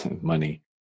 money